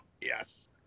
Yes